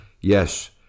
yes